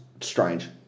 strange